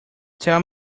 tell